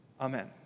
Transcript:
Amen